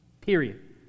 Period